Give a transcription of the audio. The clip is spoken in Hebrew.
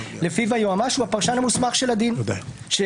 שלפיו היועץ המשפטי הוא הפרשן המוסמך של הדין לרשות